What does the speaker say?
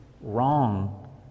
wrong